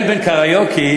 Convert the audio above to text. היום יש קריוקי.